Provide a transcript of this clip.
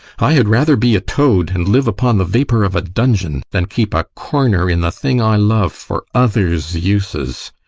i had rather be a toad, and live upon the vapor of a dungeon, than keep a corner in the thing i love for others' uses.